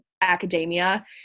academia